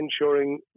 ensuring